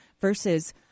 versus